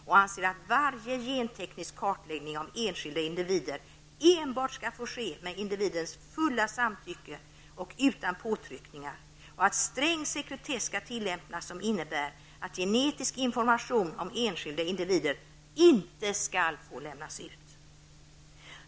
Vi anser att varje genteknisk kartläggning av enskilda individer enbart skall få ske med individens fulla samtycke och utan påtryckningar. Sträng sekretess skall tillämpas, vilket innebär att genetnisk information om enskilda individer inte skall få lämnas ut.